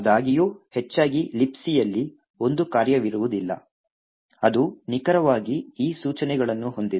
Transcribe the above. ಆದಾಗ್ಯೂ ಹೆಚ್ಚಾಗಿ Libcಯಲ್ಲಿ ಒಂದು ಕಾರ್ಯವಿರುವುದಿಲ್ಲ ಅದು ನಿಖರವಾಗಿ ಈ ಸೂಚನೆಗಳನ್ನು ಹೊಂದಿದೆ